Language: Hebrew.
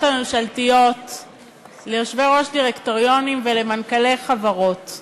הממשלתיות ליושבי-ראש דירקטוריונים ולמנכ"לי חברות.